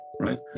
right